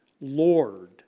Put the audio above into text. Lord